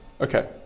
okay